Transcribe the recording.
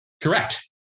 Correct